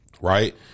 Right